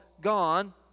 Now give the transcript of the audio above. gone